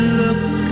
look